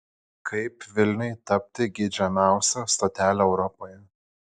kaip vilniui tapti geidžiamiausia stotele europoje